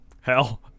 Hell